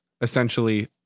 essentially